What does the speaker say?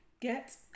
get